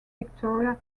victoria